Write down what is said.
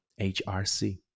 HRC